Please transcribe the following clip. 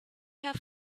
have